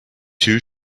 two